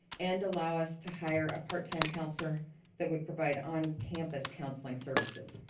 and allow us to hire a part time counselor that would provide on-campus counseling services.